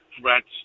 threats